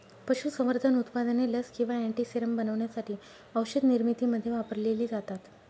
पशुसंवर्धन उत्पादने लस किंवा अँटीसेरम बनवण्यासाठी औषधनिर्मितीमध्ये वापरलेली जातात